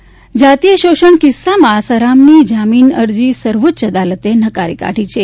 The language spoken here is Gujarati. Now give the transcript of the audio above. આસારામ જાતીય શોષણ કિસ્સામાં આસારામની જામીન અરજી સર્વોચ્ચ અદાલતે નકારી કાઢી છે